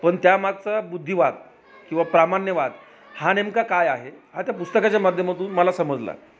पण त्या मागचा बुद्धिवाद किंवा प्रामाण्यवाद हा नेमका काय आहे हा त्या पुस्तकाच्या माध्यमातून मला समजला